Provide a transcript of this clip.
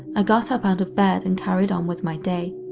ah got up out of bed and carried on with my day.